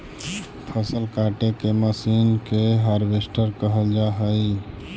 फसल काटे के मशीन के हार्वेस्टर कहल जा हई